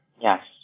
Yes